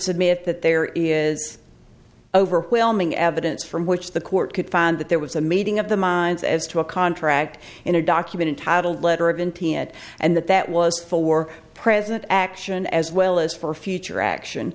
submit that there is overwhelming evidence from which the court could find that there was a meeting of the minds as to a contract in a document titled letter of in t n and that that was for present action as well as for future action